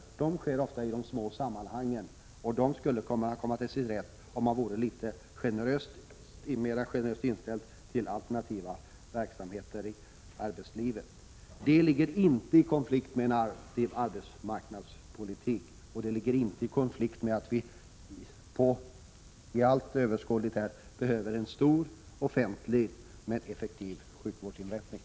Sådana insatser görs ofta i de små sammanhangen, och de skulle kunna komma till sin rätt om man vore litet mera generös mot alternativa verksamheter i arbetslivet. Det står inte i konflikt med en aktiv arbetsmarknadspolitik och inte heller med att vi för överskådlig tid behöver en stor offentlig men effektiv sjukvårdssektor.